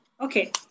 Okay